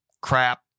crap